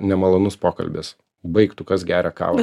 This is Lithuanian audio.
nemalonus pokalbis baik tu kas geria kavą